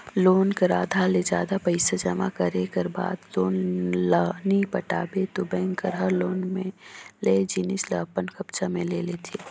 loan कर आधा ले जादा पइसा जमा करे कर बाद लोन ल नी पटाबे ता बेंक हर लोन में लेय जिनिस ल अपन कब्जा म ले लेथे